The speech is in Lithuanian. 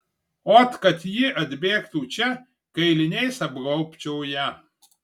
ot kad ji atbėgtų čia kailiniais apgaubčiau ją